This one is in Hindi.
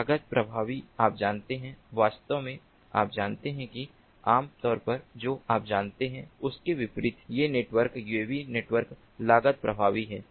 लागत प्रभावी आप जानते हैं वास्तव में आप जानते हैं कि आम तौर पर जो आप जानते हैं उसके विपरीत ये नेटवर्क यूएवी नेटवर्क लागत प्रभावी हैं